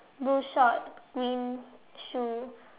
blue shorts green shoe